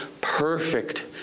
perfect